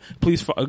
Please